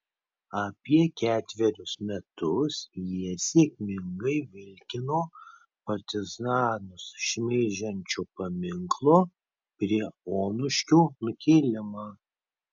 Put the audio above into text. apie ketverius metus jie sėkmingai vilkino partizanus šmeižiančio paminklo prie onuškio nukėlimą